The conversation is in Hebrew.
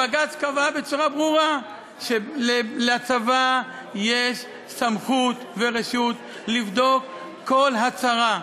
בג"ץ קבע בצורה ברורה שלצבא יש סמכות ורשות לבדוק כל הצהרה.